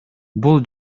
бул